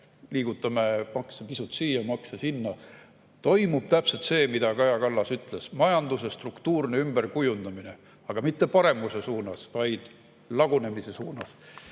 liigutame makse pisut siia, pisut sinna. Toimub täpselt see, nagu Kaja Kallas ütles: majanduse struktuuri ümberkujundamine. Aga mitte paremuse suunas, vaid lagunemise suunas.